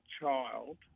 child